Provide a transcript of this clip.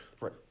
Right